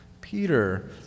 Peter